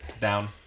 down